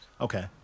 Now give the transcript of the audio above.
Okay